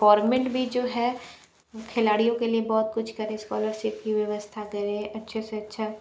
government भी जो है खिलाड़ियों के लिए बहुत कुछ करें स्कॉलरशिप की व्यवस्था करें अच्छे से अच्छा